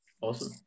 Awesome